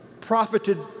profited